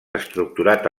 estructurat